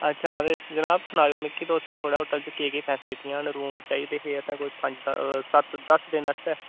अच्छा ते जनाब सनाएयो मिकी तुस थोहाड़े होटल च केह् केह् फसिलिटियां न रूम चाहिदे हे असें कोई पंज सत्त दस दिन आस्तै